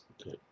Okay